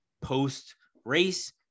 post-race